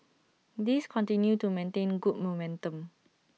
these continue to maintain good momentum